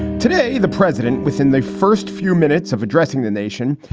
today, the president, within the first few minutes of addressing the nation,